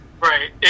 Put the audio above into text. Right